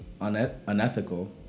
unethical